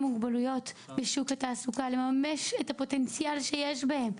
מוגבלויות בשוק התעסוקה לממש את הפוטנציאל שיש בהם,